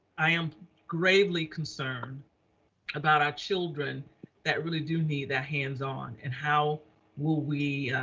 i am gravely concerned about our children that really do need that hands on. and how will we,